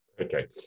Okay